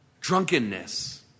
drunkenness